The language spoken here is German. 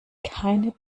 keine